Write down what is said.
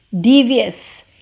devious